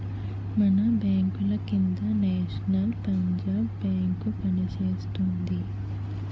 మన బాంకుల కింద నేషనల్ పంజాబ్ బేంకు పనిచేస్తోంది